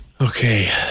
Okay